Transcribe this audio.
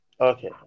Okay